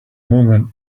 moment